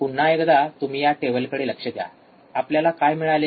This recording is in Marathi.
पुन्हा एकदा तुम्ही या टेबलकडे लक्ष द्या आपल्याला काय मिळाले